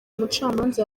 umucamanza